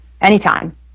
anytime